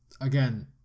again